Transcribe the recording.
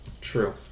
True